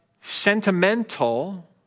sentimental